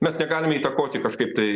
mes negalim įtakoti kažkaip tai